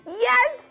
Yes